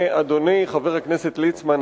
אדוני חבר הכנסת ליצמן,